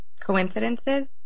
coincidences